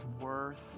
worth